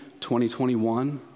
2021